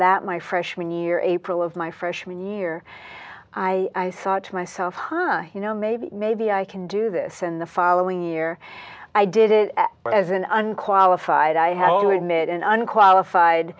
that my freshman year april of my freshman year i thought to myself you know maybe maybe i can do this in the following year i did it as an unqualified i had a limited unqualified